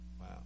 Wow